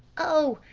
oh,